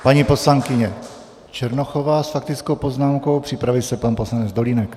Paní poslankyně Černochová s faktickou poznámkou, připraví se pan poslanec Dolínek.